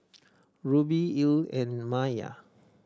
Rubie Ilene and Maia